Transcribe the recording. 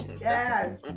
Yes